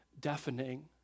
deafening